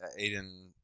Aiden